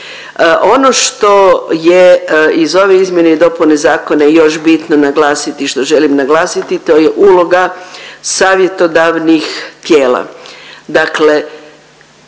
Ono što je iz ove izmjene i dopune zakona još bitno naglasiti i što želim naglasiti to je uloga savjetodavnih tijela.